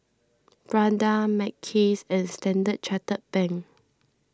Prada Mackays and Standard Chartered Bank